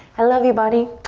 i love your body.